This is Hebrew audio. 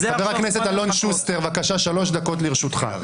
חבר הכנסת אלון שוסטר, בבקשה, שלוש דקות לרשותך.